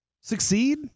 succeed